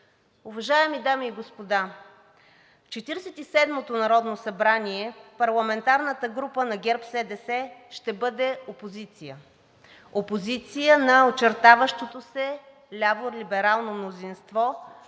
Уважаеми дами и господа, в Четиридесет и седмото народно събрание парламентарната група на ГЕРБ СДС ще бъде опозиция – опозиция на очертаващото се ляво-либерално мнозинство